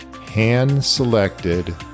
Hand-selected